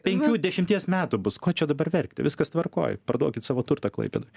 penkių dešimties metų bus ko čia dabar verkti viskas tvarkoj parduokit savo turtą klaipėdoj